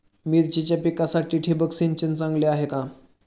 मिरचीच्या पिकासाठी ठिबक सिंचन चांगले आहे का?